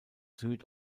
süd